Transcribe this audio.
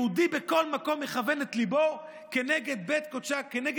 יהודי בכל מקום מכוון את ליבו כנגד ירושלים,